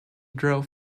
drove